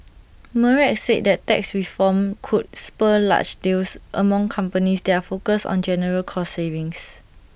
Merck said that tax reform could spur large deals among companies that are focused on general cost savings